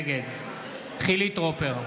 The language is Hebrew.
נגד חילי טרופר,